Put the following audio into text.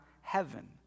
heaven